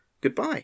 goodbye